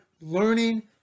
learning